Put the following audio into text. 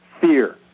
fear